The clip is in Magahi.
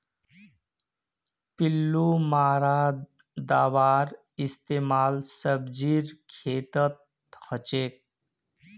पिल्लू मारा दाबार इस्तेमाल सब्जीर खेतत हछेक